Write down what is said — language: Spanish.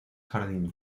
jardín